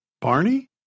Barney